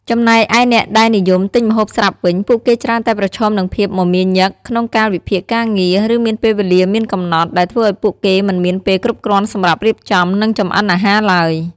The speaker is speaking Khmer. ចំណែកឯអ្នកដែលនិយមទិញម្ហូបស្រាប់វិញ ពួកគេច្រើនតែប្រឈមនឹងភាពមមាញឹកក្នុងកាលវិភាគការងារ ឬមានពេលវេលាមានកំណត់ ដែលធ្វើឱ្យពួកគេមិនមានពេលគ្រប់គ្រាន់សម្រាប់រៀបចំ និងចម្អិនអាហារឡើយ។